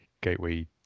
gateway